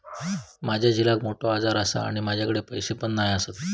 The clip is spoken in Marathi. माझ्या झिलाक मोठो आजार आसा आणि माझ्याकडे पैसे पण नाय आसत